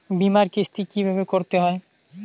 বিমার কিস্তি কিভাবে করতে হয়?